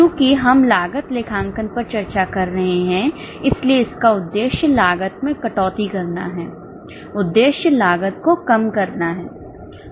चूंकि हम लागत लेखांकन पर चर्चा कर रहे हैं इसलिए इसका उद्देश्य लागत में कटौती करना है उद्देश्य लागत को कम करना है